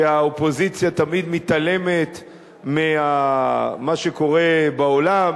שהאופוזיציה תמיד מתעלמת ממה שקורה בעולם,